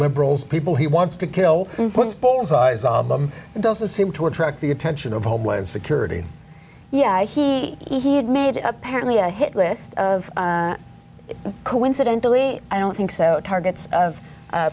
liberals people he wants to kill them doesn't seem to attract the attention of homeland security yeah he he had made it apparently a hit list of coincidentally i don't think so targets of